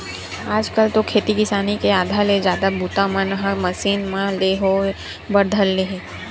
आज कल तो खेती किसानी के आधा ले जादा बूता मन ह मसीन मन ले होय बर धर ले हे